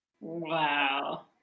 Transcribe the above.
Wow